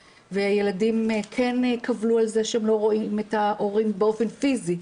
והילדים כן קבלו על כך שהם לא רואים את ההורים באופן פיזי,